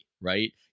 right